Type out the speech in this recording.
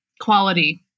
quality